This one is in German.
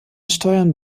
steuern